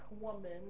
woman